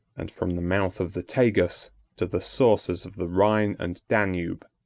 and from the mouth of the tagus to the sources of the rhine and danube.